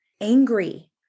angry